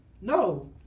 no